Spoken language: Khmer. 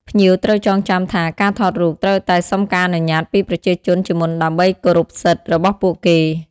ភ្ញៀវត្រូវចងចាំថា ការថតរូបត្រូវតែសុំការអនុញ្ញាតពីប្រជាជនជាមុនដើម្បី គោរពសិទ្ធិ របស់ពួកគេ។